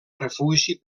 refugi